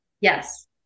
yes